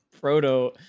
Proto